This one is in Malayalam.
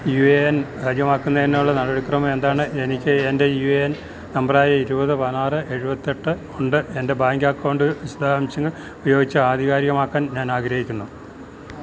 യു എ എൻ കാര്യമാക്കുന്നതിനുള്ള നടപടിക്രമമെന്താണ് എനിക്ക് എന്റെ യു എ എൻ നമ്പറായ ഇരുപത് പതിനാറ് എഴുപത്തിയെട്ട് ഉണ്ട് എന്റെ ബാങ്ക് അക്കൗണ്ട് വിശദാംശങ്ങൾ ഉപയോഗിച്ച് ആധികാരികമാക്കാൻ ഞാനാഗ്രഹിക്കുന്നു